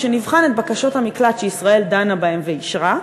כשנבחן את בקשות המקלט שישראל דנה בהן ואישרה,